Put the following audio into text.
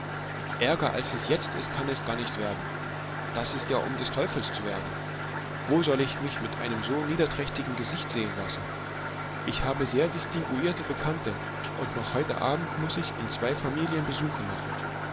ärger als es jetzt ist kann es gar nicht werden das ist ja um des teufels zu werden wo soll ich mich mit einem so niederträchtigen gesicht sehen lassen ich habe sehr distinguierte bekannte und noch heut abend muß ich in zwei familien besuche machen